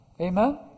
Amen